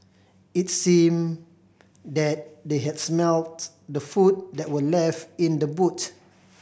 it seemed that they had smelt the food that were left in the boot